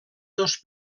dos